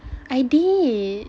I did